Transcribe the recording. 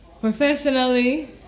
Professionally